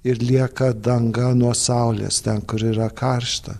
ir lieka danga nuo saulės ten kur yra karšta